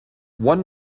one